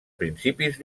principis